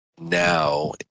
now